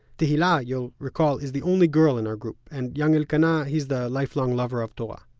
tehila, you'll recall, is the only girl in our group, and young elkana, he's the lifelong lover of torah.